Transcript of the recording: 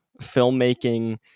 filmmaking